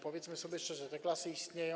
Powiedzmy sobie szczerze, te klasy istnieją.